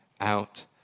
out